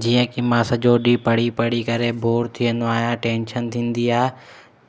जीअं की मां सॼो ॾींहुं पढ़ी पढ़ी करे बोर थी वेंदो आहियां टैंशन थींदी आहे